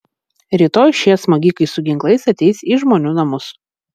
rytoj šie smogikai su ginklais ateis į žmonių namus